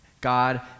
God